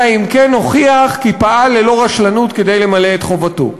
אלא אם כן הוכיח כי פעל ללא רשלנות כדי למלא את חובתו.